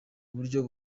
buryo